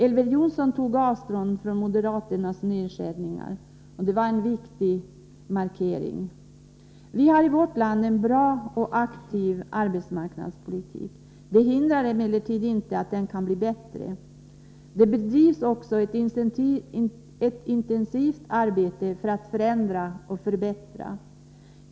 Elver Jonsson tog avstånd från moderaternas nedskärningar, och det var en viktig markering. Vi har i vårt land en bra och aktiv arbetsmarknadspolitik. Det hindrar emellertid inte att den kan bli bättre. Det bedrivs också ett intensivt arbete för att förändra och förbättra den.